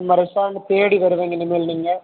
நம்ம ரெஸ்டாரண்ட்டை தேடி வருவீங்க இனிமேல் நீங்கள்